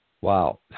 Wow